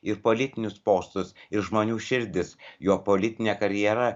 ir politinius postus ir žmonių širdis jo politinė karjera